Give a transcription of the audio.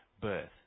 birth